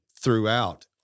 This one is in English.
throughout